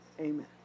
Amen